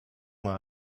mal